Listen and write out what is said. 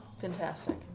Fantastic